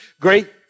great